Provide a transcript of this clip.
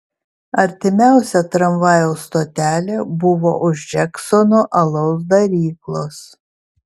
artimiausia tramvajaus stotelė buvo už džeksono alaus daryklos